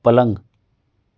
पलंग